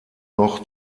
noch